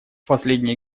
последние